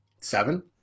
seven